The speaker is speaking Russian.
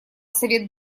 совет